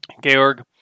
Georg